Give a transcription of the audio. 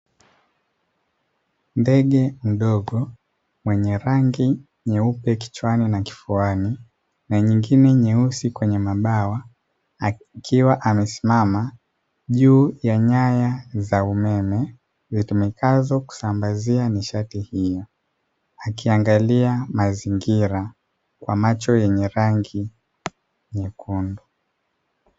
Ndege mdogo mwenye rangi nyeupe kichwani na kifuani, na nyingine nyeusi kwenye mabawa, akiwa amesimama juu ya nyaya za umeme zitumikazo kusambazia nishati hiyo, akiangalia mazingira kwa macho yenye rangi nyekundu.